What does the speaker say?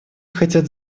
хотят